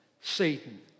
Satan